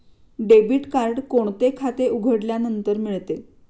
Debit card कोणते खाते उघडल्यानंतर मिळते?